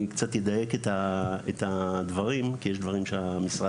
אני קצת אדייק את הדברים כי יש דברים שהמשרד